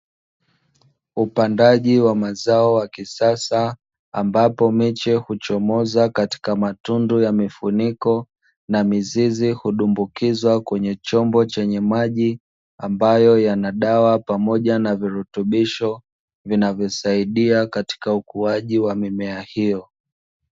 Upandaji wa mazao wa kisasa ambapo miche huchomoza katika matundu ya mifuniko na mizizi hudumbukizwa kwenye chombo chenye maji ambayo yana dawa pamoja na virutubisho vinavyosaidia katika ukuaji wa mimea hiyo.